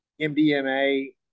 MDMA